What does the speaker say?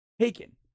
taken